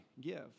give